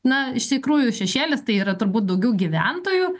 na iš tikrųjų šešėlis tai yra turbūt daugiau gyventojų